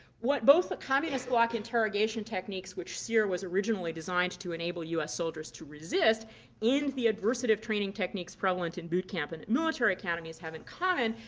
what both the communist block interrogation techniques which sere was originally designed to enable us soldiers to resist in the adversative training techniques prevalent in boot camp and military academies have in common,